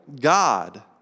God